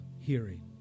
hearing